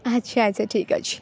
ଆଚ୍ଛା ଆଚ୍ଛା ଠିକ୍ ଅଛି